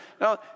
Now